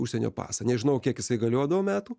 užsienio pasą nežinau kiek jisai galiodavo metų